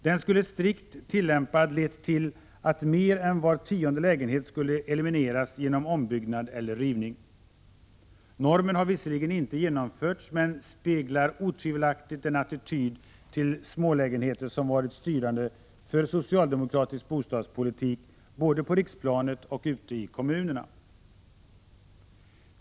Strikt tillämpad skulle normen ha lett till att mer än var tionde lägenhet skulle elimineras genom ombyggnad eller rivning. Normen har visserligen inte genomförts, men den speglar otvivelaktigt den attityd till smålägenheter som varit styrande för socialdemokratisk bostadspolitik, både på riksplanet och ute i kommunerna.